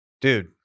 Dude